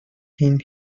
been